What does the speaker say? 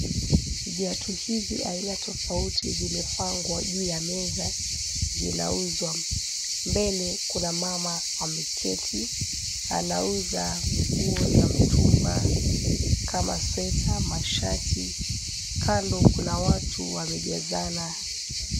Viatu hizi aina tofauti zimepangwa juu ya meza zinauzwa. Mbele kuna mama ameketi, anauza nguo za mtumba kama sweta, mashati. Kando kuna watu wamejazana.